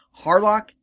Harlock